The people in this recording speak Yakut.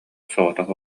соҕотох